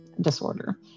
disorder